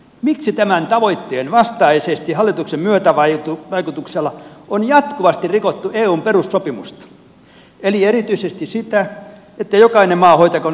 miksi tämän tavoitteen vastaisesti hallituksen myötävaikutuksella on jatkuvasti rikottu eun perussopimusta eli erityisesti sitä että jokainen maa hoitakoon omat velkansa